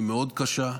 זה קשה מאוד.